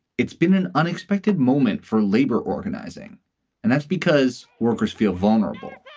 it's been an unexpected moment for labor organizing and that's because workers feel vulnerable